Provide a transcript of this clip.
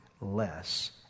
less